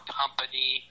company